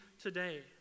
today